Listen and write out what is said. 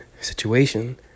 situation